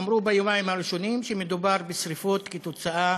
אמרו ביומיים הראשונים שמדובר בשרפות כתוצאה